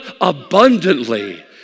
abundantly